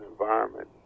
environment